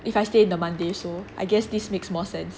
if I stay in the monday so I guess this makes more sense